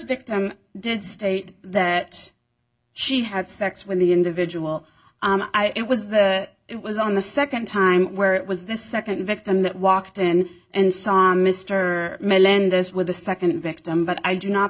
victim did state that she had sex with the individual it was that it was on the nd time where it was the nd victim that walked in and saw mr melendez with the nd victim but i do not